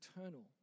eternal